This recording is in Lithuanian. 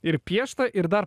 ir piešta ir dar